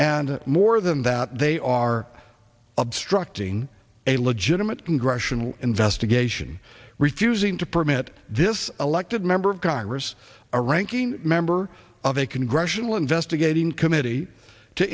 and more than that they are obstructing a legitimate congressional investigation refusing to permit this elected member of congress a ranking member of a congressional investigating committee to